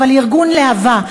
אבל ארגון להב"ה,